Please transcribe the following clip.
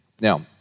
Now